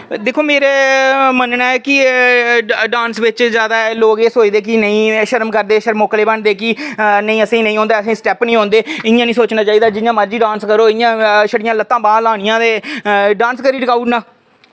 दिक्ख मेरा मन्नना ऐ की डांस बिच जादा लोक जेह्ड़े सोचदे कि नेईं शर्म करदे शरमौकले बनदे कि आ नेईं असें ई नेईं औंदा असें ई स्टैप निं औंदे इयां निं सोचना चाहिदा जियां मर्जी डांस करो छड़ियां लत्तां बांह् लाह्नियां ते डांस करी टकाऊड़ना